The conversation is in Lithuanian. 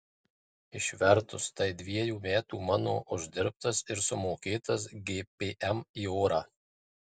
išvertus tai dviejų metų mano uždirbtas ir sumokėtas gpm į orą